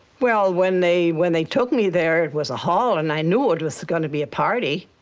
well, when they when they took me there, it was a hall. and i knew it was going to be a party.